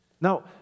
Now